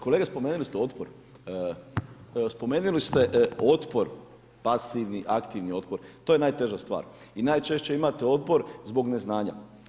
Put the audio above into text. Kolega, spomenuli ste otpor, spomenuli ste otpor, pasivni, aktivni otpor, to je najteža stvar i najčešće imate otpor zbog neznanja.